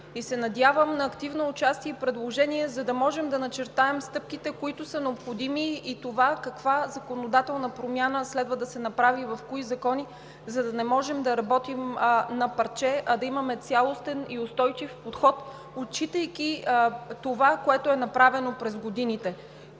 и се надявам на активно участие и предложения, за да можем да начертаем стъпките, които са необходими и това каква законодателна промяна следва да се направи – в кои закони, за да не можем да работим на парче, а да имаме цялостен и устойчив подход, отчитайки това, което е направено през годините.